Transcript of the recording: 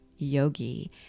yogi